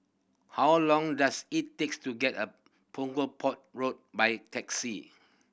how long does it takes to get a Punggol Port Road by taxi